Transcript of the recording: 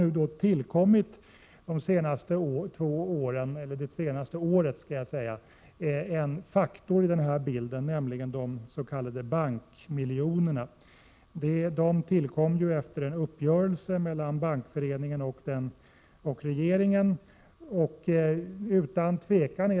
Under det senaste året har det tillkommit en faktor i denna bild, nämligen de s.k. bankmiljonerna. De tillkom efter en uppgörelse mellan Bankföreningen och regeringen.